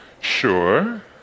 Sure